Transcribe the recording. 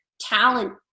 talent